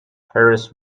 harris